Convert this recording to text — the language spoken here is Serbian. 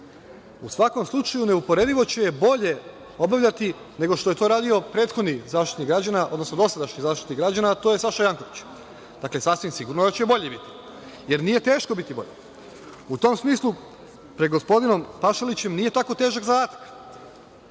U svakom slučaju neuporedivo će je bolje obavljati nego što je to radio prethodni Zaštitnik građana, odnosno dosadašnji Zaštitnik građana, a to je Saša Janković. Dakle, sasvim sigurno je da će bolje biti, jer nije teško biti bolje. U tom smislu pred gospodinom Pašalićem nije tako težak zadatak.